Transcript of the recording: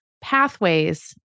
pathways